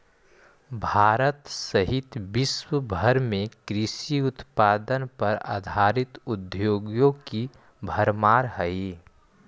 भारत सहित विश्व भर में कृषि उत्पाद पर आधारित उद्योगों की भरमार हई